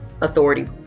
authority